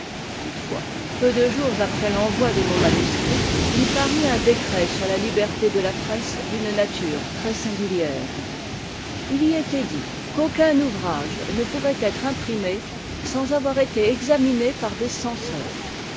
toutefois peu de jours après l'envoi de mon manuscrit il parut un décret sur la liberté de la presse d'une nature très singulière il y était dit qu'aucun ouvrage ne pourrait être imprimé sans avoir été examiné par des censeurs